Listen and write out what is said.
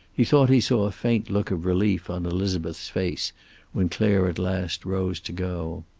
he thought he saw a faint look of relief on elizabeth's face when clare at last rose to go.